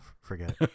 forget